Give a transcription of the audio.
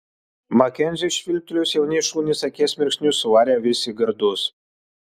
makenziui švilptelėjus jauni šunys akies mirksniu suvarė avis į gardus